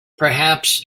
perhaps